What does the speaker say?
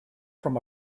from